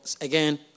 again